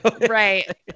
Right